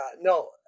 no